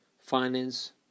finance